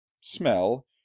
smell